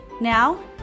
Now